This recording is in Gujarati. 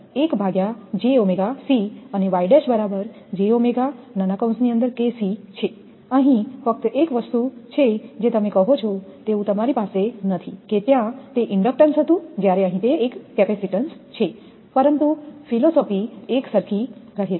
હવે બરાબર અને Y બરાબર છે અહીં ફક્ત એક જ વસ્તુ છે જે તમે કહો છો તેવું તમારી પાસે નથી કે ત્યાંતે ઇન્ડક્ટન્સ હતું જ્યારે અહીં તે એક કેપેસિટેન્સ છે પરંતુ ફિલસૂફી એકસરખી રહે છે